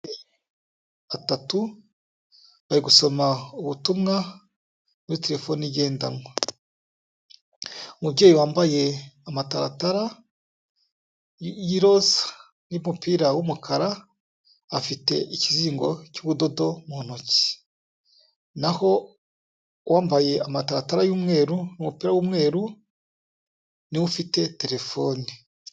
Batatu bari gusoma ubutumwa muri telefoni igendanwa, umubyeyi wambaye amataratara y'irosa n'umupira w'umukara afite ikizingo cy'ubudodo mu ntoki, naho uwambaye amatatara y'umweru umupira w'umweru niwe ufite telefone.